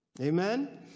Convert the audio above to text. Amen